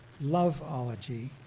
love-ology